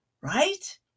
right